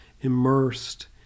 immersed